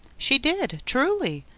she did, truly.